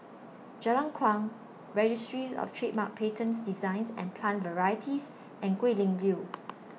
Jalan Kuang Registries of Trademarks Patents Designs and Plant Varieties and Guilin View